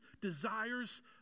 desires